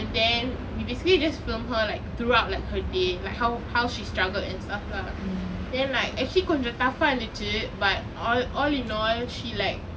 and then we basically just film her like throughout like her day like how how she struggled and then stuff lah then like actually கொஞ்சம்:konjam tough ஆ இருந்துச்சு:aa irunthuchu but all in all she like